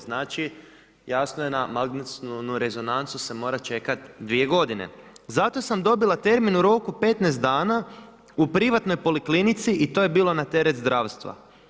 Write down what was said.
Znači, jasno je na magnetsku rezonancu se mora čekati 2 godine, zato sam dobila termin u roku 15 dana u privatnoj poliklinici i to je bilo na teret zdravstva.